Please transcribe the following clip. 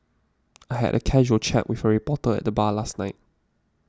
I had a casual chat with a reporter at the bar last night